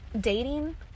dating